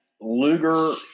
Luger